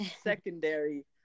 secondary